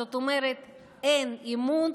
זאת אומרת שאין אמון